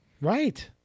Right